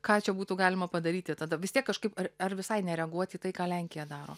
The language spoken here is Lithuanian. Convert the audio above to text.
ką čia būtų galima padaryti tada vis tiek kažkaip ar visai nereaguot į tai ką lenkija daro